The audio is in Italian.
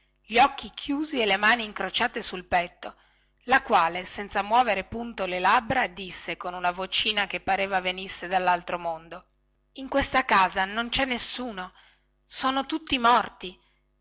gli occhi chiusi e le mani incrociate sul petto la quale senza muovere punto le labbra disse con una vocina che pareva venisse dallaltro mondo in questa casa non cè nessuno sono tutti morti